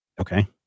Okay